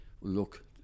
look